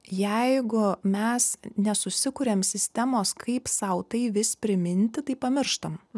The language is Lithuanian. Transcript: jeigu mes nesusikuriam sistemos kaip sau tai vis priminti tai pamirštam